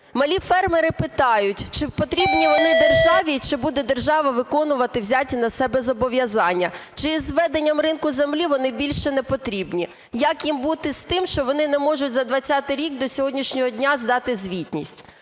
Малі фермери питають, чи потрібні вони державі, чи буде держава виконувати взяті на себе зобов'язання? Чи з введенням ринку землі вони більше не потрібні? Як їм бути з тим, що вони не можуть за 20-й рік до сьогоднішнього дня здати звітність?